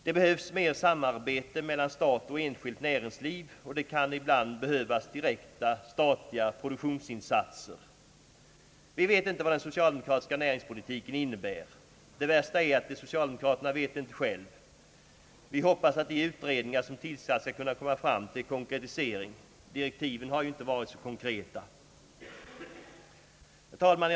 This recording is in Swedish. Det behövs bättre samarbete mellan stat och enskilt näringsliv, och det kan ibland behövas direkta statliga produktionsinsatser. Vi vet inte vad den socialdemokratiska näringspolitiken innebär. Det värsta är att inte ens socialdemokraterna vet det själva. Vi hoppas att de utredningar som tillsatts skall kunna komma fram till en konkretisering. Direktiven har inte varit konkreta. Herr talman!